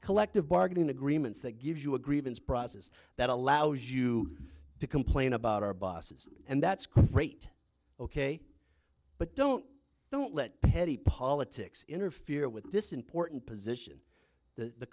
collective bargaining agreements that gives you a grievance process that allows you to complain about our buses and that's great ok but don't don't let petty politics interfere with this important position th